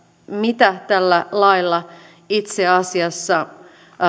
mitä tällä lailla itse asiassa